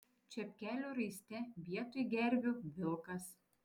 čepkelių raiste vietoj gervių vilkas